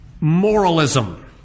moralism